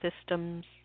systems